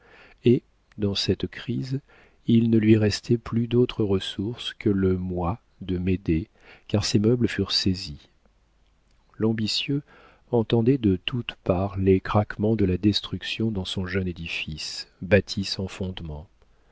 et dans cette crise il ne lui restait plus d'autre ressource que le moi de médée car ses meubles furent saisis l'ambitieux entendait de toutes parts les craquements de la destruction dans son jeune édifice bâti sans fondements